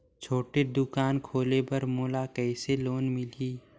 छोटे दुकान खोले बर मोला कइसे लोन मिलही?